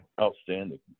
outstanding